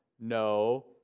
no